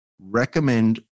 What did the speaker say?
recommend